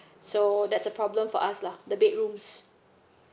so that's the problem for us lah the bedrooms